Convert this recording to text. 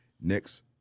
next